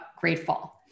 Grateful